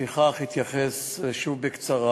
לפיכך אתייחס שוב בקצרה.